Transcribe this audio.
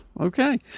okay